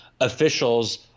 officials